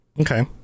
okay